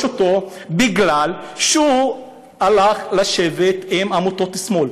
אותו כי הוא הלך לשבת עם עמותות שמאל.